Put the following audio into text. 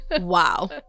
Wow